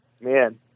man